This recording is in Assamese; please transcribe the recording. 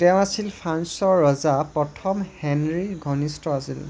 তেওঁ আছিল ফ্ৰান্সৰ ৰজা প্ৰথম হেনৰীৰ ঘনিষ্ঠ আছিল